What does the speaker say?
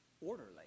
orderly